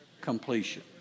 completion